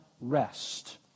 rest